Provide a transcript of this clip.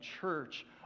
church